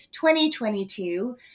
2022